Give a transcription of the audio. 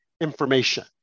information